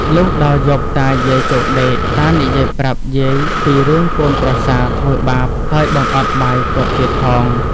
លុះដល់យប់តាយាយចូលដេក តានិយាយប្រាប់យាយពីរឿងកូនប្រសាធ្វើបាបហើយបង្អត់បាយគាត់ទៀតផង។